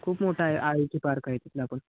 खूप मोठा आहे आय टी पार्क आहे तिथला पण